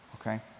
okay